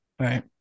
right